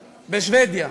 בשבדיה.